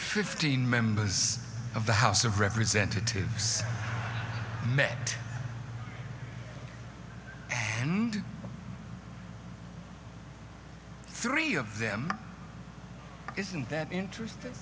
fifteen members of the house of representatives met and three of them isn't that interesting